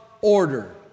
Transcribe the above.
order